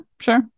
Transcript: sure